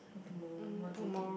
or tomorrow what do you think